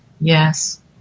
Yes